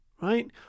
Right